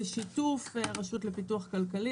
בשיתוף הרשות לפיתוח כלכלי,